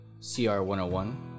CR101